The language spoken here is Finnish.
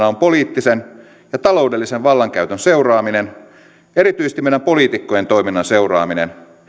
on poliittisen ja taloudellisen vallankäytön seuraaminen erityisesti meidän poliitikkojen toiminnan seuraaminen